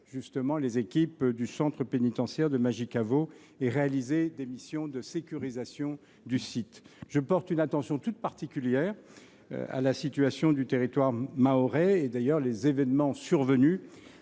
les équipes du centre pénitentiaire de Majicavo et de réaliser des missions de sécurisation du site. Je porte une attention toute particulière à la situation du territoire mahorais. D’ailleurs, les événements survenus